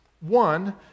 One